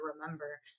remember